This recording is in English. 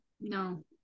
no